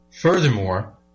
Furthermore